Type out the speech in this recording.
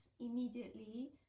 immediately